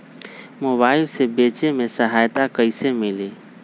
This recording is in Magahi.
मोबाईल से बेचे में सहायता कईसे मिली?